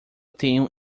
tenho